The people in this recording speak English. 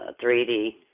3D